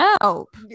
help